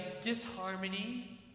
disharmony